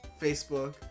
Facebook